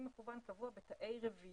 שכדאי להגביל את החריג הזה רק לנושאים של ריפוי